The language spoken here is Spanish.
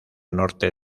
norte